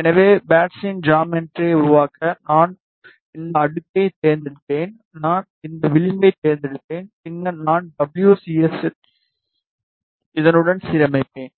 எனவே பேட்ஸின் ஜாமெட்ரியை உருவாக்க நான் இந்த அடுக்கைத் தேர்ந்தெடுப்பேன் நான் இந்த விளிம்பைத் தேர்ந்தெடுப்பேன் பின்னர் நான் டபுள்யூ சி எஸ் ஐ இதனுடன் சீரமைப்பேன்